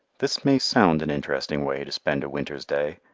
this may sound an interesting way to spend a winter's day,